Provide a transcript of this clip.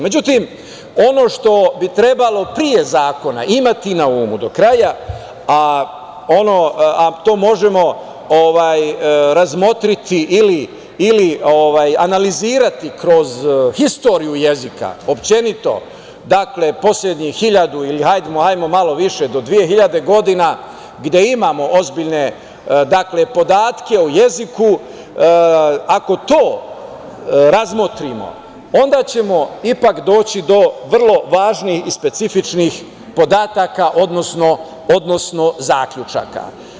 Međutim, ono što bi trebalo pre zakona imati na umu do kraja, a to možemo razmotriti ili analizirati kroz istoriju jezika, dakle poslednjih hiljadu ili hajdemo malo više, do dve hiljade godina, gde imamo ozbiljne podatke o jeziku, ako to razmotrimo, onda ćemo ipak doći do vrlo važnih i specifičnih podataka, odnosno zaključaka.